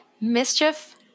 Mischief